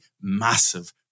Massive